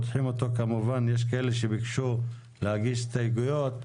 יש כאלה שביקשו להגיש הסתייגויות,